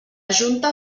junta